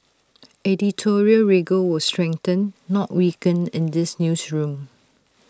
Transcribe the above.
editorial rigour will strengthen not weaken in this newsroom